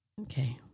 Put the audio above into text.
Okay